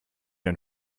ein